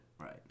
right